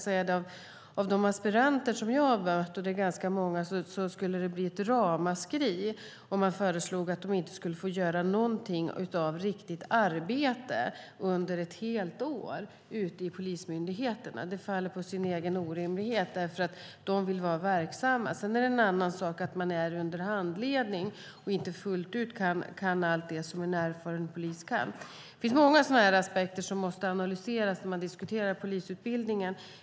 Hos de aspiranter som jag har mött, och det är ganska många, skulle det bli ett ramaskri om man föreslog att de inte skulle få göra någonting av riktigt arbete under ett helt år ute på polismyndigheterna. Det faller på sin egen orimlighet. De vill vara verksamma. Sedan är det en annan sak att de är under handledning och inte fullt ut kan allt det som en erfaren polis kan. Det finns många sådana aspekter som måste analyseras när man diskuterar polisutbildningen.